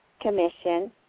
Commission